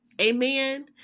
amen